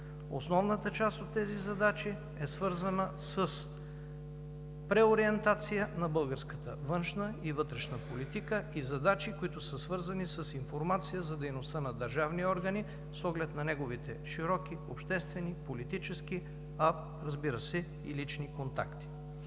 Основната част от тези задачи е свързана с преориентация на българската външна и вътрешна политика и задачи, които са свързани с информация за дейността на държавни органи с оглед на неговите широки обществени, политически, а, разбира се, и лични контакти.